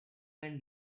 man